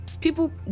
people